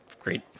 great